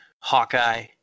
hawkeye